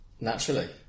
Naturally